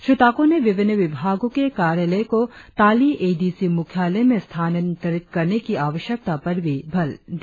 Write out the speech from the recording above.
श्री ताको ने विभिन्न विभागों के कार्यालय को ताली एडीसी मुख्यालय में स्थानंतरित करने की आवश्यकता पर भी बल दिया